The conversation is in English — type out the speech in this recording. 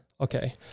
Okay